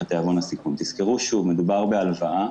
תזכרו שוב: מדובר בהלוואה,